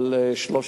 אבל 13